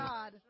God